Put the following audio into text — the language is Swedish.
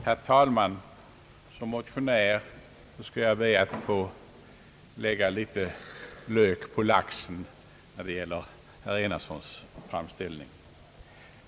Herr talman! Som motionär skall jag be att få lägga litet lök på laxen när det gäller herr Enarssons framställning.